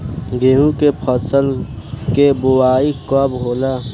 गेहूं के फसल के बोआई कब होला?